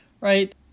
right